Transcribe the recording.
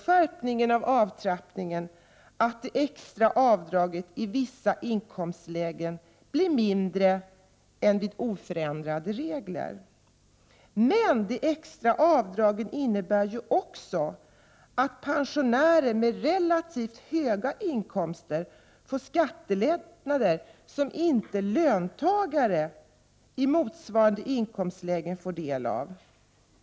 Skärpningen av avtrappningen medför otvivelaktigt att de extra avdragen i vissa inkomstlägen blir mindre än vid oförändrade regler. Men de extra avdragen innebär ju också att pensionärer med relativt höga inkomster får skattelättnader som inte kommer löntagare i motsvarande inkomstläge till del.